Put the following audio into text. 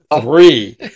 three